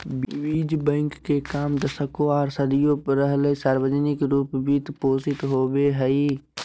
बीज बैंक के काम दशकों आर सदियों रहले सार्वजनिक रूप वित्त पोषित होबे हइ